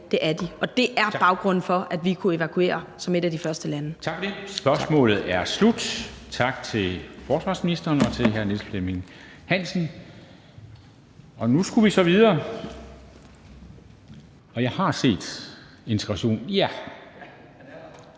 det er de. Og det er baggrunden for, at vi kunne evakuere som et af de første lande.